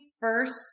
first